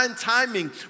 timing